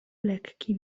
lekki